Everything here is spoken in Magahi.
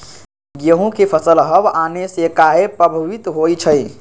गेंहू के फसल हव आने से काहे पभवित होई छई?